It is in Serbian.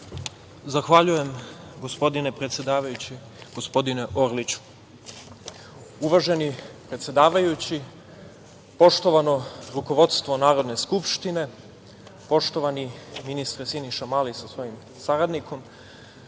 Zahvaljujem, gospodine predsedavajući gospodine Orliću. Uvaženi predsedavajući, poštovano rukovodstvo Narodne skupštine, poštovani ministre Siniša Mali sa svojim saradnikom,